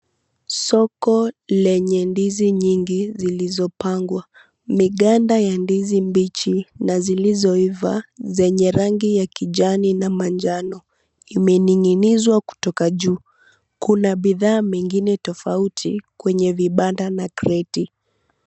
Soko lenye ndizi nyingi zilizopangwa, miganda ya ndizi mbichi na zilizoiva zenye rangi ya kijani na manjano imening'inizwa kutoka juu, kuna bidhaa mingine tofauti kwenye vibanda na kreti.